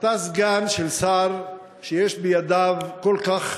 אתה סגן של שר שיש בידיו כל כך